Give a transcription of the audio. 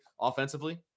offensively